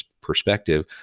perspective